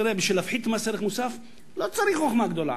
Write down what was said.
בשביל להפחית מס ערך מוסף לא צריך חוכמה גדולה.